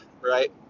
right